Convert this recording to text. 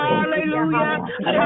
Hallelujah